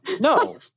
No